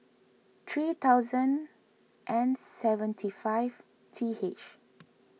three thousand and seventy five T H